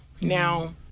now